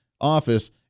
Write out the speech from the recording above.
office